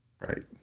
Right